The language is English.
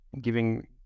giving